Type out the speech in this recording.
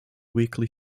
weekly